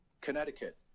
connecticut